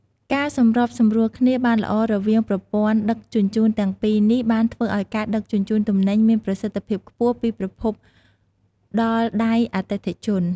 ការសម្របសម្រួលគ្នាបានល្អរវាងប្រព័ន្ធដឹកជញ្ជូនទាំងពីរនេះបានធ្វើឱ្យការដឹកជញ្ជូនទំនិញមានប្រសិទ្ធភាពខ្ពស់ពីប្រភពដល់ដៃអតិថិជន។